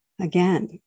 Again